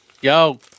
yo